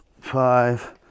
five